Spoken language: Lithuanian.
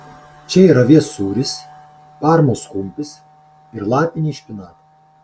čia yra avies sūris parmos kumpis ir lapiniai špinatai